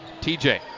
TJ